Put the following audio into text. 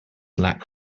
lack